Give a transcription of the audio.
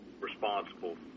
responsible